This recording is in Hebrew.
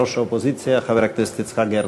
חבר הכנסת יצחק הרצוג.